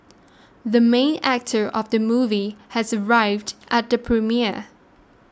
the main actor of the movie has arrived at the premiere